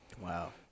Wow